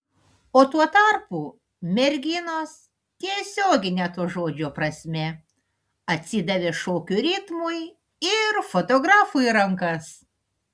o tuo tarpu merginos tiesiogine to žodžio prasme atsidavė šokio ritmui ir fotografui į rankas